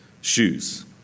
shoes